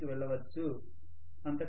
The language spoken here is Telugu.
3 కి వెళ్ళవచ్చు